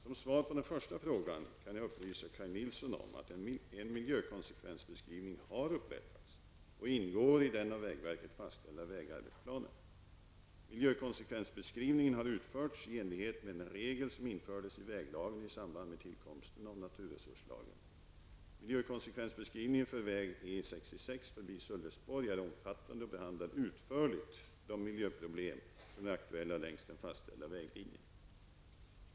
Som svar på den första frågan kan jag upplysa Kaj Nilsson om att en miljökonsekvensbeskrivning har upprättats och ingår i den av vägverket fastställda vägarbetsplanen. Miljökonsekvensbeskrivningen har utförts i enlighet med den regel som infördes i väglagen i samband med tillkomsten av naturresurslagen. Miljökonsekvensbeskrivningen för väg E 66 förbi Sölvesborg är omfattande och behandlar utförligt de miljöproblem som är aktuella längs den fastställda väglinjen.